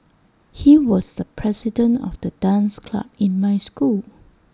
he was the president of the dance club in my school